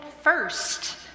first